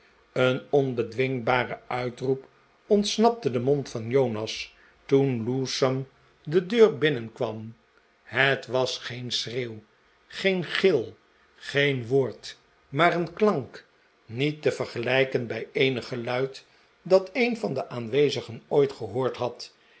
een onbedwingbare uitroep ontsnapte den mond van jonas toen lewsome de deur binnenkwam het was geen schreeuw geen gil geen woord maar een klank niet te vergelijken bij eenig geluid dat een van de aanwezigen ooit gehoord had